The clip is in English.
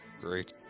Great